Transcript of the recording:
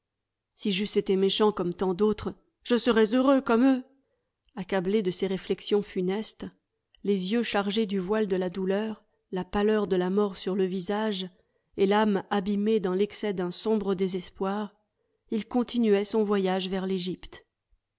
si j'eusse été méchant comme tant d'autres je serais heureux comme eux accablé de ces réflexions funestes les yeux chargés du voile de la douleur la pâleur de la mort sur le visage et l'âme abîmée dans l'excès d'un sombre désespoir il continuait son voyage vers l'egypte